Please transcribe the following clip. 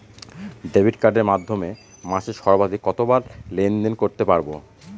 Debit কার্ডের মাধ্যমে মাসে সর্বাধিক কতবার লেনদেন করতে পারবো?